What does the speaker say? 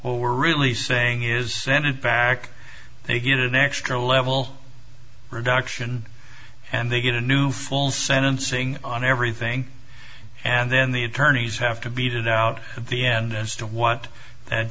we're really saying is send it back they get an extra level reduction and they get a new full sentencing on everything and then the attorneys have to beat it out of the end as to what th